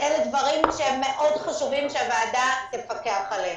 אלה דברים שמאוד חשוב שהוועדה תפקח עליהם.